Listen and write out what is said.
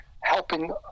helping